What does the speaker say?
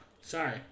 sorry